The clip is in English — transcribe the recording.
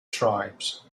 tribes